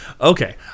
okay